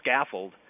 scaffold